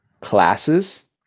classes